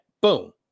boom